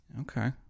Okay